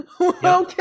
Okay